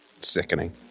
sickening